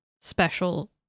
special